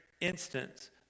instance